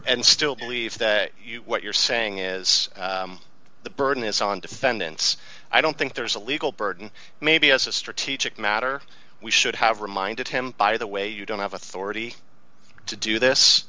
and still believe that what you're saying is the burden is on defendants i don't think there's a legal burden maybe as a strategic matter we should have reminded him by the way you don't have authority to do this